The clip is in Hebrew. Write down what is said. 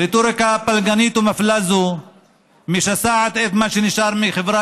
רטוריקה פלגנית ומפלה זו משסעת את מה שנשאר מחברה